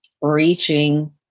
reaching